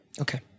Okay